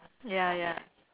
ya ya